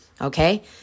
okay